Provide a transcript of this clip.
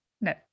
no